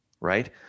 right